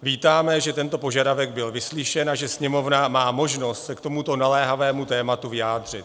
Vítáme, že tento požadavek byl vyslyšen a že Sněmovna má možnost se k tomuto naléhavému tématu vyjádřit.